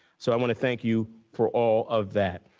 so, i want to thank you for all of that.